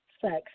Sex